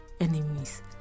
enemies